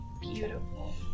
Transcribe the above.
Beautiful